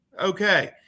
okay